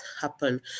happen